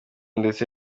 ndetse